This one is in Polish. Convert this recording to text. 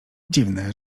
dziwne